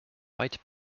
white